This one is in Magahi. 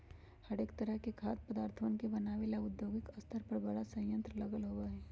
हरेक तरह के खाद्य पदार्थवन के बनाबे ला औद्योगिक स्तर पर बड़ा संयंत्र लगल होबा हई